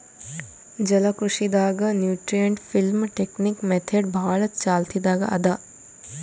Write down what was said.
ಜಲಕೃಷಿ ದಾಗ್ nutrient film technique method ಭಾಳ್ ಚಾಲ್ತಿದಾಗ್ ಅದಾ